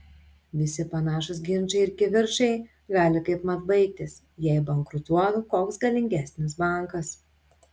visi panašūs ginčai ir kivirčai gali kaipmat baigtis jei bankrutuotų koks galingesnis bankas